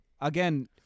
Again